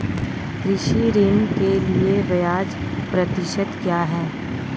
कृषि ऋण के लिए ब्याज प्रतिशत क्या है?